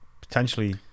potentially